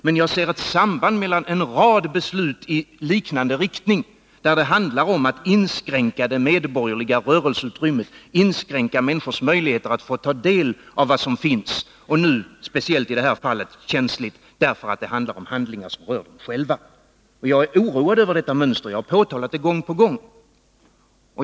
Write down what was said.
Man jag ser ett samband mellan en rad beslut i liknande riktning, där det handlar om att | inskränka det medborgerliga rörelseutrymmet, att inskränka människors möjligheter att ta del av de uppgifter som finns. I det här fallet är det speciellt känsligt, därför att det är fråga om handlingar som rör människorna själva. Jag är oroad över detta mönster. Jag har påtalat detta gång på gång.